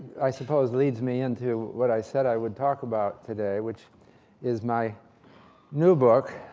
i suppose, leads me into what i said i would talk about today, which is my new book,